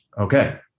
Okay